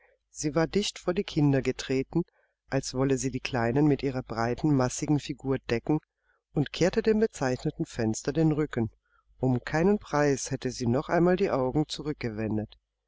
sie war dicht vor die kinder getreten als wolle sie die kleinen mit ihrer breiten massiven figur decken und kehrte dem bezeichneten fenster den rücken um keinen preis hätte sie noch einmal die augen